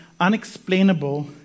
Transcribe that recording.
unexplainable